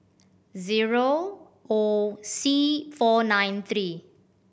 zero O C four nine three